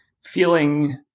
feeling